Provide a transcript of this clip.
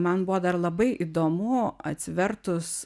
man buvo dar labai įdomu atsivertus